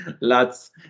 lots